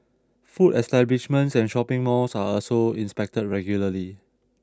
food establishments and shopping malls are also inspected regularly